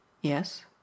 Yes